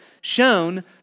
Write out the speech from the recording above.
shown